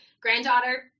granddaughter